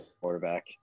quarterback